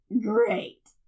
great